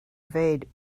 evade